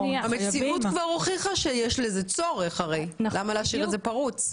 המציאות כבר הוכיח שיש בזה צורך ולכן למה להשאיר את זה פרוץ?